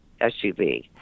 SUV